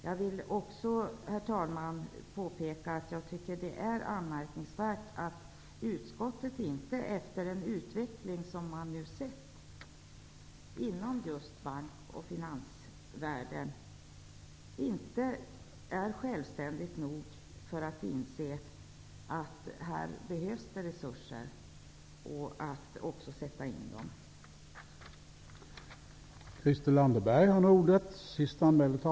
Jag vill också påpeka att jag tycker att det är anmärkningsvärt att utskottet efter den utveckling som har skett inom just bank och finansvärlden inte är självständigt nog för att inse att det här behövs sättas in resurser.